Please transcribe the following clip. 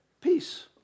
peace